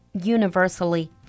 universally